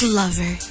lover